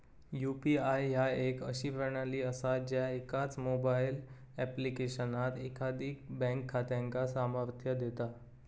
UPI ह्या एक अशी प्रणाली असा ज्या एकाच मोबाईल ऍप्लिकेशनात एकाधिक बँक खात्यांका सामर्थ्य देता